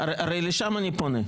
הרי לשם אני פונה.